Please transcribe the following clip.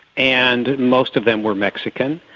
and most of them were mexican,